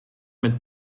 mit